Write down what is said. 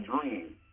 dream